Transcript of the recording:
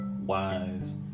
Wise